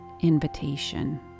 invitation